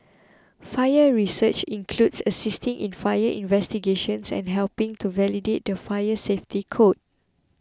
fire research includes assisting in fire investigations and helping to validate the fire safety code